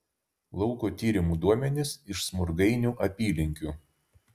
lauko tyrimų duomenys iš smurgainių apylinkių